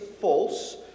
false